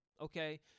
okay